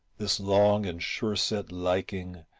this long and sure-set liking,